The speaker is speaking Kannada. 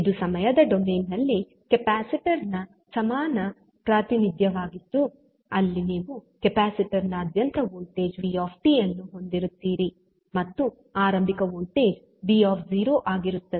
ಇದು ಸಮಯದ ಡೊಮೇನ್ ನಲ್ಲಿ ಕೆಪಾಸಿಟರ್ ನ ಸಮಾನ ಪ್ರಾತಿನಿಧ್ಯವಾಗಿದ್ದು ಅಲ್ಲಿ ನೀವು ಕೆಪಾಸಿಟರ್ ನಾದ್ಯಂತ ವೋಲ್ಟೇಜ್ v ಅನ್ನು ಹೊಂದಿರುತ್ತೀರಿ ಮತ್ತುಆರಂಭಿಕ ವೋಲ್ಟೇಜ್ v ಆಗಿರುತ್ತದೆ